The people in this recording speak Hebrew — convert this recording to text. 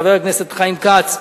חבר הכנסת חיים כץ,